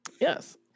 Yes